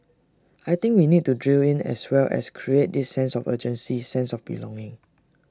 I think we need to drill in as well as create this sense of urgency sense of belonging